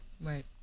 Right